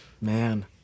Man